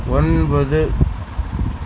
ஒன்பது